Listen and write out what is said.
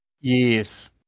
Yes